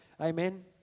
Amen